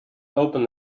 open